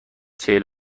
چهل